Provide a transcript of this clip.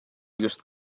just